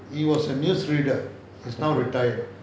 he was a news reader he is now retired